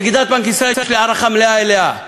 נגידת בנק ישראל, יש לי הערכה מלאה אליה,